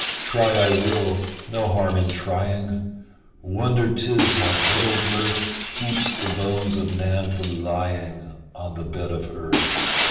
try i will no harm in trying wonder tis how little mirth keeps the bones of man from lying on the bed of earth.